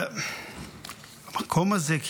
המקום הזה,